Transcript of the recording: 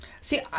See